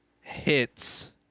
hits